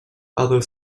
although